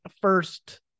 first